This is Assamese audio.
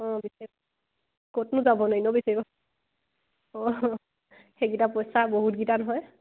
অঁ বিছাৰিব ক'তনো যাব এনেও বিছাৰিব অঁ সেইকেইটা পইচা বহুতগিটা নহয়